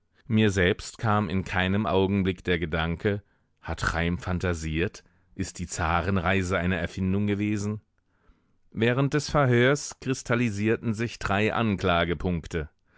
mir selbst kam in keinem augenblick der gedanke hat chaim phantasiert ist die zarenreise eine erfindung gewesen während des verhörs kristallisierten sich drei anklagepunkte